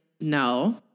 no